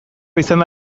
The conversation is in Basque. izanda